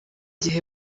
gihe